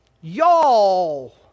y'all